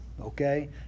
okay